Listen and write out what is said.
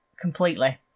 completely